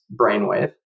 brainwave